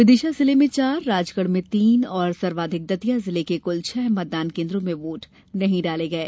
विदिशा जिले में चार राजगढ़ में तीन और सर्वाधिक दतिया जिले के कुल छह मतदान केन्द्रों में वोट नहीं डाले गये